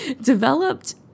developed